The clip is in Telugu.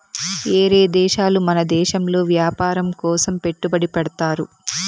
ఏరే దేశాలు మన దేశంలో వ్యాపారం కోసం పెట్టుబడి పెడ్తారు